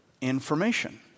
information